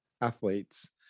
athletes